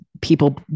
people